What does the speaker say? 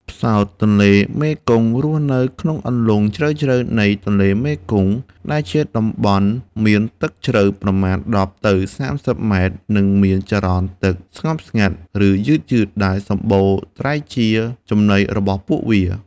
ផ្សោតទន្លេមេគង្គរស់នៅក្នុងអន្លង់ជ្រៅៗនៃទន្លេមេគង្គ ដែលជាតំបន់មានទឹកជ្រៅ ប្រមាណ ១០ ទៅ ៣០ ម៉ែត្រ និងមានចរន្តទឹកស្ងប់ស្ងាត់ ឬយឺតៗ ដែលសម្បូរត្រីជាចំណីរបស់ពួកវា។